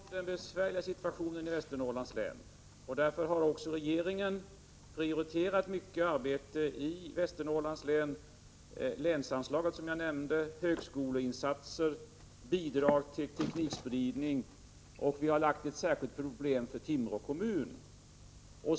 Herr talman! Jag är medveten om den besvärliga situationen i Västernorrlands län, och därför har regeringen prioriterat mycket arbete i Västernorrland. Jag nämnde länsanslaget, högskoleinsatser och bidrag till teknikspridning. Vi har också gjort speciella insatser för Timrå kommun.